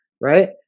right